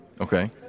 Okay